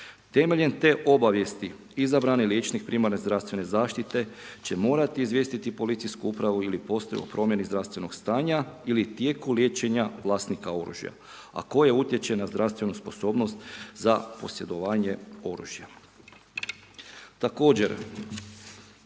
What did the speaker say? Temeljem te obavijesti izabrani liječnik primarne zdravstvene zaštite će morati izvijestiti policijsku upravu ili postaju o promjeni zdravstvenog stanja ili tijeku liječenja vlasnika oružja, a koje utječe na zdravstvenu sposobnost za posjedovanje oružja.